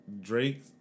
Drake